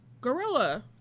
Gorilla